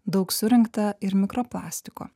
daug surinkta ir mikroplastiko